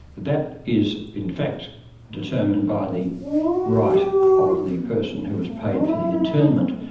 that is in fact determined by the right of the person who was paid for the interment.